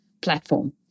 platform